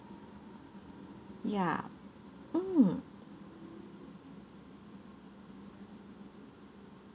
ya mm